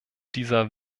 dieser